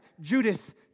Judas